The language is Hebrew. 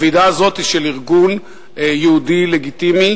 הוועידה הזאת היא של ארגון יהודי לגיטימי,